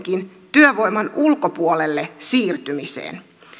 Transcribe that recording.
työvoiman ulkopuolelle siirtymiseen